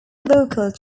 vocals